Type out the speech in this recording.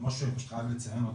זה משהו שאני חייב לציין אותו,